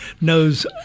knows